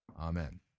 Amen